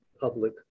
public